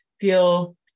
feel